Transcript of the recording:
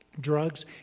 drugs